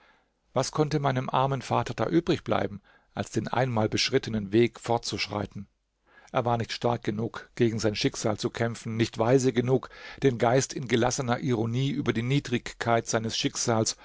was konnte meinem armen vater da übrig bleiben als den einmal beschrittenen weg fortzuschreiten er war nicht stark genug gegen sein schicksal zu kämpfen nicht weise genug den geist in gelassener ironie über die niedrigkeit seines schicksals